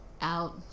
out